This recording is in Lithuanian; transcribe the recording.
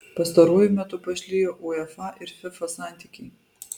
pastaruoju metu pašlijo uefa ir fifa santykiai